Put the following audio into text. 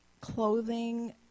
clothing